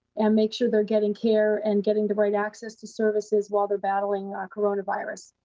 and make sure they're getting care, and getting the right access to services, while they're battling ah coronavirus.